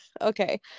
Okay